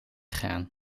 gaan